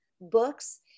books